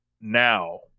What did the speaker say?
Now